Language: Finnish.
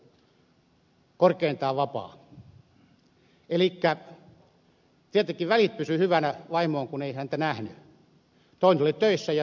tietenkin välit pysyivät hyvinä vaimoon kun häntä ei nähnyt toinen oli töissä ja toinen oli vapaana